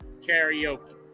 karaoke